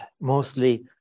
mostly